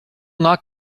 not